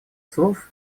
слов